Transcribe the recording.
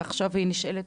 אבל עכשיו היא נשאלת